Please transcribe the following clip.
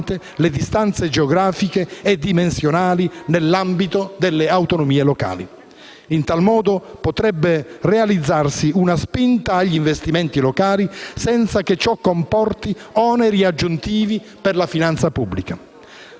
le distanze geografiche e dimensionali nell'ambito delle autonomie locali. In tal modo potrebbe realizzarsi una spinta agli investimenti locali senza che ciò comporti oneri aggiuntivi per la finanza pubblica.